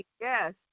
Yes